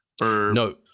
No